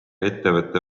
ettevõte